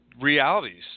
realities